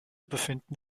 befinden